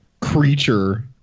creature